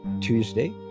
tuesday